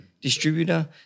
distributor